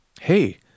hey